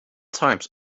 times